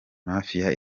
mafia